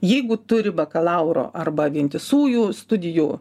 jeigu turi bakalauro arba vientisųjų studijų